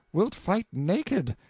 wilt fight naked,